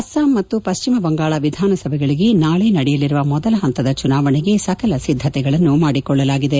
ಅಸ್ಲಾಂ ಮತ್ತು ಪಶ್ಚಿಮ ಬಂಗಾಳ ವಿಧಾನಸಭೆಗಳಿಗೆ ನಾಳೆ ನಡೆಯಲಿರುವ ಮೊದಲ ಪಂತದ ಚುನಾವಣೆಗೆ ಸಕಲ ಸಿದ್ಧತೆಗಳನ್ನು ಮಾಡಿಕೊಳ್ಳಲಾಗಿದೆ